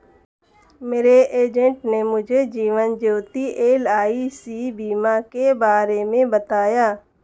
मेरे एजेंट ने मुझे जीवन ज्योति एल.आई.सी बीमा के बारे में बताया